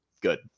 good